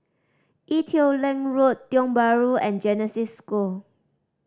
Ee Teow Leng Road Tiong Bahru and Genesis School